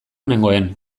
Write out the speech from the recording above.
nengoen